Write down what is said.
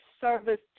service